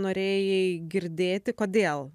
norėjai girdėti kodėl